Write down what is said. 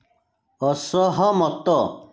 ଅସହମତ